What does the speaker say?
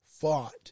fought